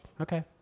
Okay